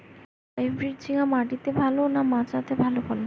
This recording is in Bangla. হাইব্রিড ঝিঙ্গা মাটিতে ভালো না মাচাতে ভালো ফলন?